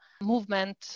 movement